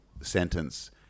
sentence